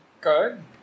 Good